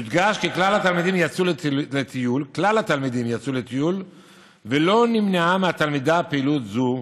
יודגש כי כלל התלמידים יצאו לטיול ולא נמנעה מהתלמידה פעילות זו,